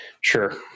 Sure